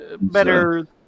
better